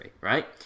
right